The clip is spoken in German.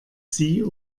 sie